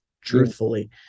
truthfully